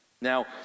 Now